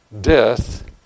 death